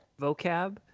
Vocab